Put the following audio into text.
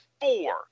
four